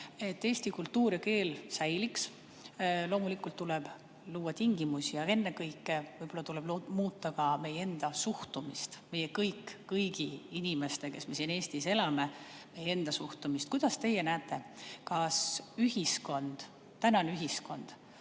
eesti kultuur ja keel säiliks, loomulikult tuleb luua tingimusi. Ennekõike võib-olla tuleb muuta ka meie enda suhtumist, meie kõigi, kes me siin Eestis elame, suhtumist. Kuidas teie näete, kas tänane ühiskond